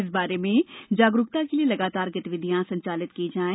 इस बारे में जागरूकता के लिए लगातार गतिविधियाँ संचालित की जाएँ